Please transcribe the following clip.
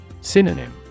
Synonym